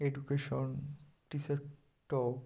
education teacher talk